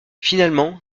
finalement